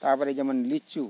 ᱛᱟᱨᱯᱚᱨᱮ ᱡᱮᱱᱚ ᱞᱤᱪᱩ